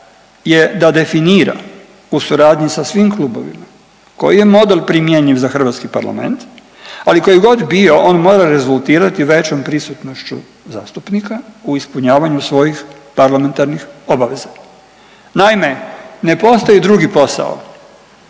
je da definira u suradnji sa svim klubovima koji je model primjenjiv za hrvatski parlament, ali koji god bio on mora rezultirati većom prisutnošću zastupnika u ispunjavanju svojih parlamentarnih obaveza. Naime, ne postoji drugi posao